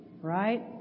Right